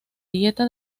dieta